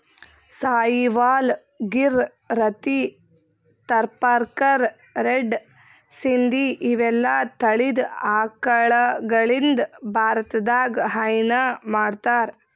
Sahiwal, Gir, Rathi, Tharparkar, red Sindhi ಇವೆಲ್ಲಾ ತಳಿದ್ ಆಕಳಗಳಿಂದ್ ಭಾರತದಾಗ್ ಹೈನಾ ಮಾಡ್ತಾರ್